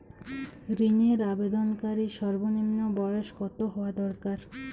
ঋণের আবেদনকারী সর্বনিন্ম বয়স কতো হওয়া দরকার?